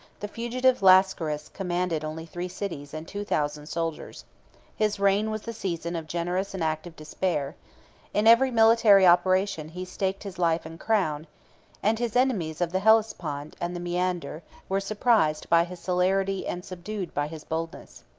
the fugitive lascaris commanded only three cities and two thousand soldiers his reign was the season of generous and active despair in every military operation he staked his life and crown and his enemies of the hellespont and the maeander, were surprised by his celerity and subdued by his boldness.